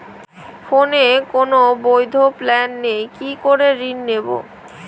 ফোনে কোন বৈধ প্ল্যান নেই কি করে ঋণ নেব?